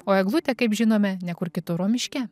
o eglutė kaip žinome ne kur kitur o miške